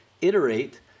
iterate